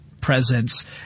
presence